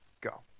go